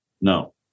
No